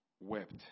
wept